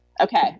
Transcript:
Okay